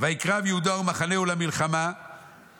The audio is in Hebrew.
ויקרב יהודה ומחנהו למלחמה,